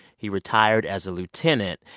he retired as a lieutenant.